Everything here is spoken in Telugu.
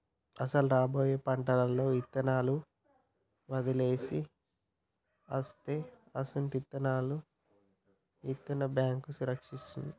అసలు రాబోయే పంటలలో ఇత్తనాలను వాడవలసి అస్తే అసొంటి ఇత్తనాలను ఇత్తన్న బేంకు సంరక్షిస్తాది